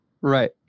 Right